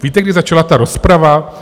Víte, kdy začala ta rozprava?